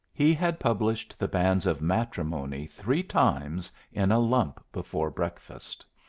he had published the banns of matrimony three times in a lump before breakfast.